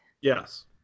Yes